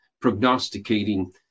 prognosticating